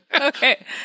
okay